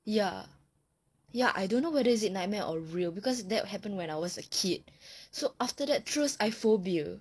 ya ya I don't know whether is it a nightmare or real because that happened when I was a kid so after that terus I phobia